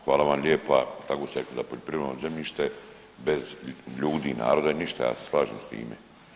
Hvala vam lijepa, tako ste rekli da poljoprivredno zemljište bez ljudi, naroda je ništa ja se slažem s time.